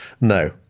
no